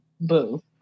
boo